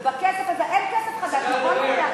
ואין כסף חדש.